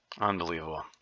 Unbelievable